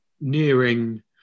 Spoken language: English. nearing